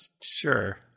sure